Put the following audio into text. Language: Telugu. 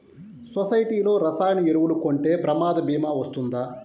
సొసైటీలో రసాయన ఎరువులు కొంటే ప్రమాద భీమా వస్తుందా?